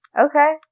Okay